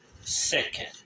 second